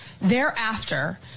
Thereafter